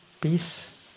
peace